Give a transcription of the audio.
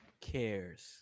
cares